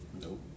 Nope